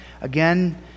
Again